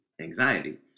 anxiety